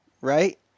right